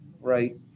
right